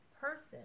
person